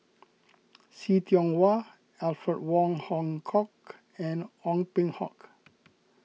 See Tiong Wah Alfred Wong Hong Kwok and Ong Peng Hock